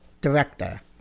director